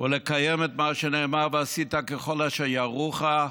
ולקיים את מה שנאמר: ועשית ככל אשר יורוך,